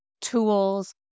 tools